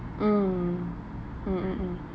mm mm mm mm